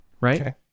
right